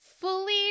fully